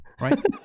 Right